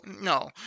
No